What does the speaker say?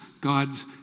God's